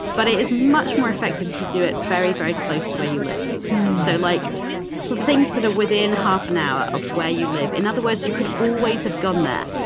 but it is much more effective if you do it very, very close to where you live so, like things that are within half an hour of where you live. in other words, you could always have gone there,